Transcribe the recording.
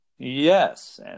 Yes